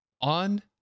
on